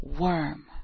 worm